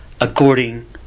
according